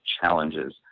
challenges